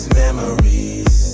memories